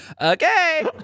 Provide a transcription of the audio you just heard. Okay